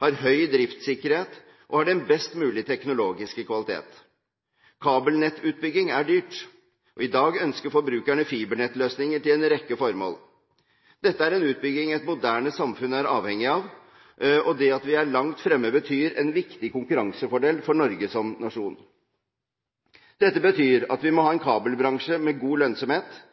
har høy driftssikkerhet og har den best mulige teknologiske kvalitet. Kabelnettutbygging er dyrt, og i dag ønsker forbrukerne fibernettløsninger til en rekke formål. Dette er en utbygging et moderne samfunn er avhengig av, og det at vi er langt fremme, betyr en viktig konkurransefordel for Norge som nasjon. Dette betyr at vi må ha en kabelbransje med god lønnsomhet,